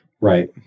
Right